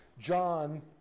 John